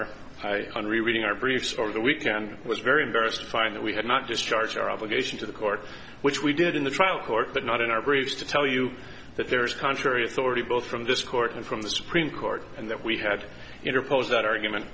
i reading our briefs over the weekend was very embarrassed to find that we had not discharged our obligation to the court which we did in the trial court but not in our briefs to tell you that there is contrary authority both from this court and from the supreme court and that we had interposed that argument